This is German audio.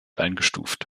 eingestuft